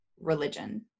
religion